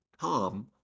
Tom